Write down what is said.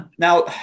Now